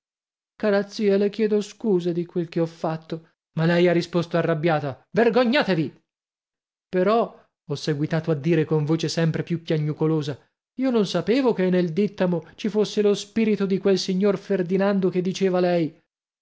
cara zia le chiedo scusa di quel che ho fatto ma lei ha risposto arrabbiata vergognatevi però ho seguitato a dire con voce sempre più piagnucolosa io non sapevo che nel dìttamo ci fosse lo spirito di quel signor ferdinando che diceva lei